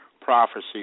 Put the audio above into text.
prophecy